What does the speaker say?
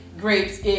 grapes